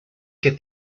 que